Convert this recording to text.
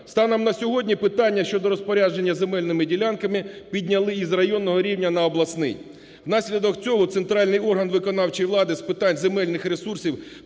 Станом на сьогодні питання щодо розпорядження земельними ділянками підняли із районного рівня на обласний, внаслідок цього центральний орган виконавчої влади з питань земельних ресурсів